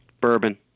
bourbon